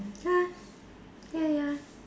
ya ya ya